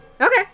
Okay